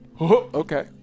okay